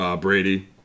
Brady